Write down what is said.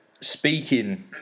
speaking